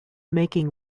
making